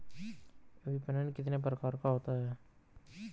विपणन कितने प्रकार का होता है?